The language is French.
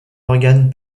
morgan